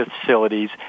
facilities